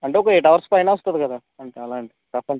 అంటే ఒక eight hours పైనే వస్తుంది కదా అంటే అలా అని చెప్పండి